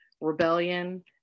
rebellion